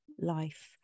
life